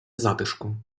затишку